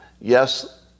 Yes